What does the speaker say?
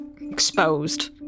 exposed